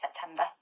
September